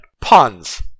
puns